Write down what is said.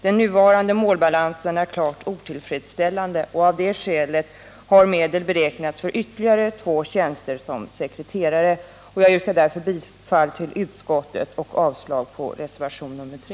Den nuvarande målbalansen är klart otillfredsställande, och av det skälet har medel beräknats för ytterligare två tjänster som sekreterare. Jag yrkar därför bifall till utskottets hemställan och avslag på reservationen 3.